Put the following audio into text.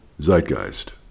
Zeitgeist